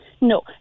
No